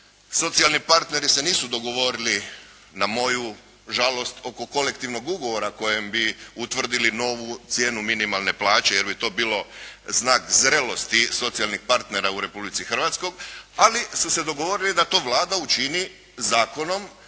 socijalni partneri se nisu dogovorili na moju žalost oko kolektivnog ugovora kojem bi utvrdili novu cijenu minimalne plaće jer bi to bilo znak zrelosti socijalnih partnera u Republici Hrvatskoj, ali su se dogovorili da to Vlada učini Zakonom